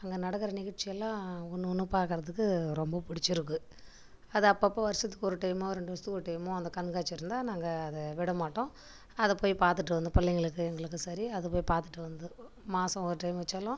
அங்கே நடக்கிற நிகழ்ச்சியெல்லாம் ஒன்றும் ஒன்றும் பார்க்கறத்துக்கு ரொம்ப பிடிச்சிருக்கு அது அப்பப்போ வருஷத்துக்கு ஒரு டைமோ ரெண்டு வருஷத்துக்கு ஒரு டைமோ அந்த கண்காட்சி இருந்தால் நாங்கள் அதை விடமாட்டோம் அதை போய் பார்த்துட்டு வந்து பிள்ளைங்களுக்கு எங்களுக்கு சரி அது போய் பார்த்துட்டு வந்து மாதம் ஒரு டைம் வச்சாலும்